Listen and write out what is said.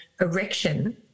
erection